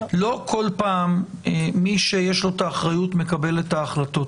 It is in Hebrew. לא כל פעם מי שיש לו את האחריות מקבל את ההחלטות.